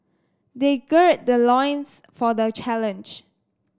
they gird their loins for the challenge